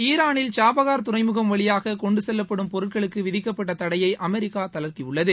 ஈரானில் சபஹார் துறைமுகம் வழியாக கொண்டு செல்லப்படும் பொருட்களுக்கு விதிக்கப்பட்ட தடையை அமெரிக்கா தளர்த்தியுள்ளது